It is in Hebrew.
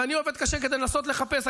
ואני עובד קשה כדי לנסות לחפש,